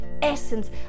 essence